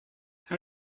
how